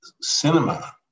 cinema